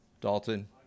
Dalton